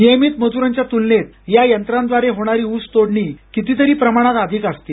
नियमित मजुरांच्या तुलनेत या यंत्राद्वारे होणारी ऊसतोडणी कितीतरी प्रमाणात अधिक असते